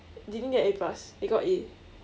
didn't get A plus they got A